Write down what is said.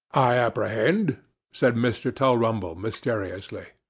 i apprehend said mr. tulrumble mysteriously.